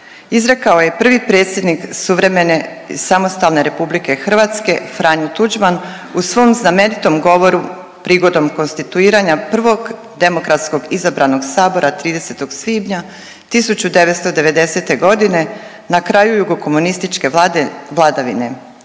izrekao je prvi predsjednik suvremene i samostalne RH Franjo Tuđman u svom znamenitom govoru prigodom konstituiranja prvog demokratskog izabranog sabora 30. svibnja 1990. godine na kraju jugokomunističke vlade vladavine.